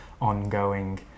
ongoing